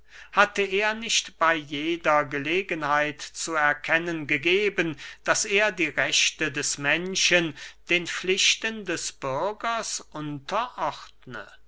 hatte er nicht bey jeder gelegenheit zu erkennen gegeben daß er die rechte des menschen den pflichten des bürgers